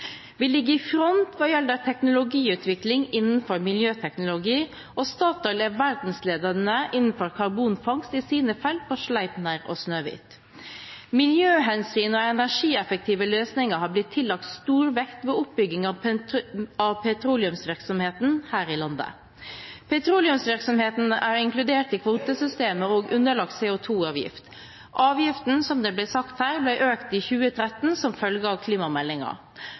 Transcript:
Vi ligger i front hva gjelder teknologiutvikling innenfor miljøteknologi, og Statoil er verdensledende innenfor karbonfangst i sine felt på Sleipner og Snøhvit. Miljøhensyn og energieffektive løsninger har blitt tillagt stor vekt ved oppbygging av petroleumsvirksomheten her i landet. Petroleumsvirksomheten er inkludert i kvotesystemet og underlagt CO2-avgift. Avgiften ble, som det ble sagt her, økt i 2013, som følge av